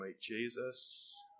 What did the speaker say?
Jesus